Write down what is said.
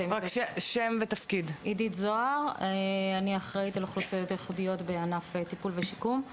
אני אחראית על אוכלוסיות ייחודיות בענף טיפול ושיקום.